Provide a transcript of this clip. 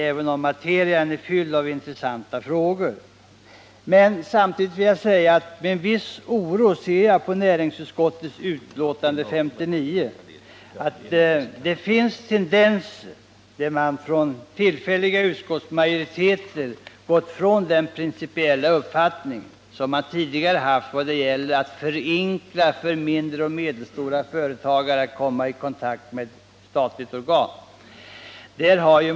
Även om materian är fylld av intressanta frågor, skulle det ta alltför lång tid. Med viss oro läser jag näringsutskottets betänkande nr 59. Det finns där tendenser till att den tillfälliga utskottsmajoriteten har gått ifrån den tidigare principiella uppfattningen när det gäller att förenkla för mindre och medelstora företag att komma i kontakt med statliga organ.